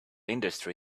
industry